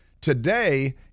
today